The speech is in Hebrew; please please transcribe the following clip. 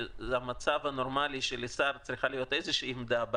שזה המצב הנורמלי שלשר צריכה להיות איזושהי עמדה,